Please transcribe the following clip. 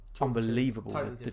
unbelievable